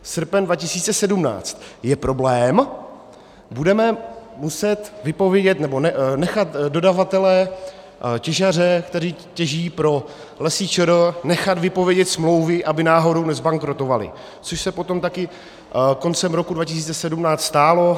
Srpen 2017 je problém, budeme muset vypovědět, nebo nechat dodavatele, těžaře, kteří těží pro Lesy ČR, nechat vypovědět smlouvy, aby náhodou nezbankrotovali, což se potom taky koncem roku 2017 stalo.